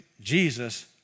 Jesus